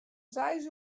seis